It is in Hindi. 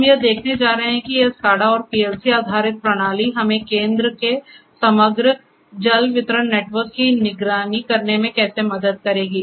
हम यह देखने जा रहे हैं कि यह SCADA और PLC आधारित प्रणाली हमें केंद्र के समग्र जल वितरण नेटवर्क की निगरानी करने में कैसे मदद करेगी